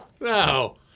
No